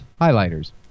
Highlighters